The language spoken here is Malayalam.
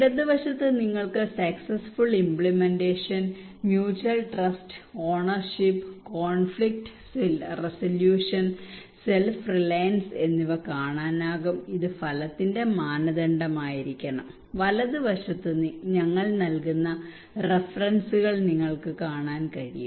ഇടത് വശത്ത് നിങ്ങൾക്ക് successful implementation mutual trust ownership conflict resolution self reliance എന്നിവ കാണാനാകും ഇത് ഫലത്തിന്റെ മാനദണ്ഡമായിരിക്കണം വലതുവശത്ത് ഞങ്ങൾ നൽകുന്ന റഫറൻസുകൾ നിങ്ങൾക്ക് കാണാൻ കഴിയും